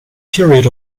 period